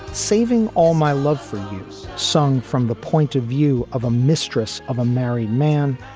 saving all my love for use, sung from the point of view of a mistress of a married man,